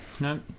No